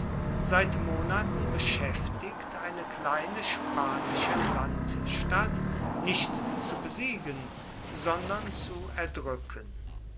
seit monaten beschäftigt eine kleine spanische landstadt nicht zu besiegen sondern zu erdrücken